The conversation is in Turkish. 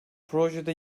projede